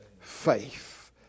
faith